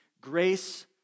grace